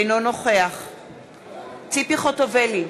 אינו נוכח ציפי חוטובלי,